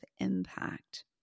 impact